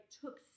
took